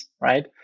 right